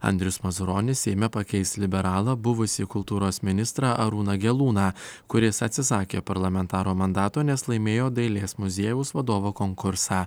andrius mazuronis seime pakeis liberalą buvusį kultūros ministrą arūną gelūną kuris atsisakė parlamentaro mandato nes laimėjo dailės muziejaus vadovo konkursą